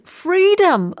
freedom